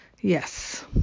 Yes